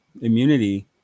immunity